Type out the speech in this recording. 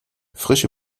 frische